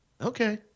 Okay